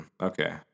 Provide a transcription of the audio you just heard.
Okay